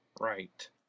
Right